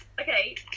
Okay